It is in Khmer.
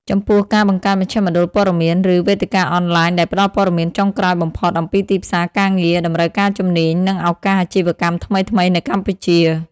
ចំពោះការបង្កើតមជ្ឈមណ្ឌលព័ត៌មាន ឬវេទិកាអនឡាញដែលផ្តល់ព័ត៌មានចុងក្រោយបំផុតអំពីទីផ្សារការងារ តម្រូវការជំនាញ និងឱកាសអាជីវកម្មថ្មីៗនៅកម្ពុជា។